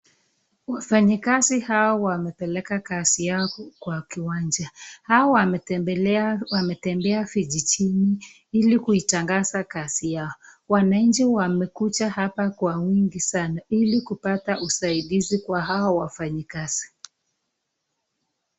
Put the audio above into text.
Wafanyakazi hawa wamepeleka kazi yao kwa kiwanja hawa wametembea vijijini ili kuitangaza kazi yao. Wananchi wamekuja hapa kwa wingi sana ili kupata usaidizi kwa hawa wafanyakazi.